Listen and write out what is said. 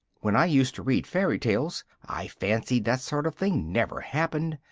when i used to read fairy-tales, i fancied that sort of thing never happened,